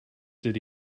did